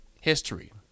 history